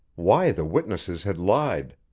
why the witnesses had lied,